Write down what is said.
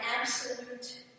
absolute